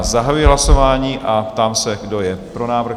Zahajuji hlasování a ptám se, kdo je pro návrh?